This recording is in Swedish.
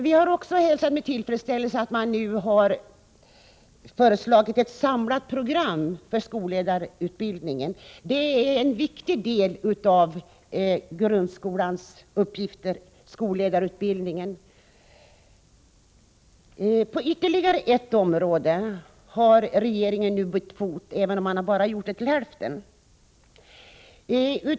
Vi har också hälsat med tillfredsställelse att regeringen nu har föreslagit ett samlat program för skolledarutbildningen. Skolledningen är en viktig del av grundskolans uppgifter. På ytterligare ett område har regeringen nu bytt fot, även om det bara är till hälften.